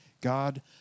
God